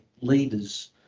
leaders